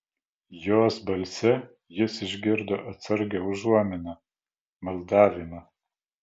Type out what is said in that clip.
jos balse jis išgirdo atsargią užuominą maldavimą